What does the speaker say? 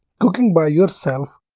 cooking by yourself,